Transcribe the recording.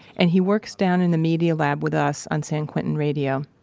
and he works down in the media lab with us on san quentin radio.